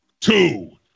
two